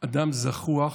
אדם זחוח,